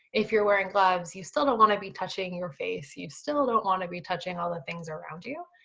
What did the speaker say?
if you're wearing gloves, you still don't wanna be touching your face, you still don't wanna be touching all the things around you.